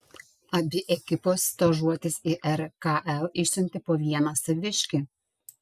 abi ekipos stažuotis į rkl išsiuntė po vieną saviškį